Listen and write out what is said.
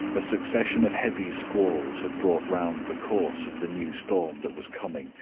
a succession of heavy squalls had brought round the course of the new storm that was coming,